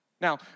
Now